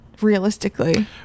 realistically